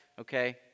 okay